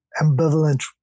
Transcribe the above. ambivalent